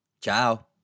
Ciao